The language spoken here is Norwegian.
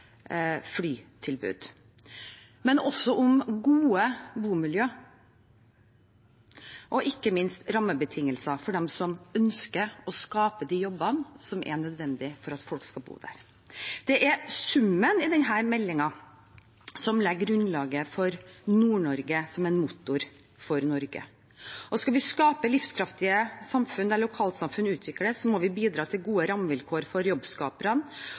flytilbud. Men det handler også om gode bomiljø og ikke minst gode rammebetingelser for dem som ønsker å skape de jobbene som er nødvendig for at folk skal bo der. Det er summen i denne meldingen som legger grunnlaget for Nord-Norge som en motor for Norge. Skal vi skape livskraftige samfunn der lokalsamfunn utvikles, må vi bidra til gode rammevilkår for jobbskaperne.